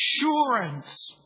assurance